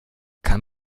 kann